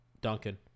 Duncan